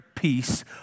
peace